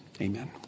Amen